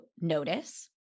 notice